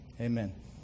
Amen